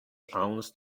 owns